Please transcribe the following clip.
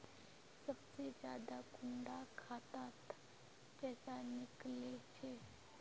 सबसे ज्यादा कुंडा खाता त पैसा निकले छे?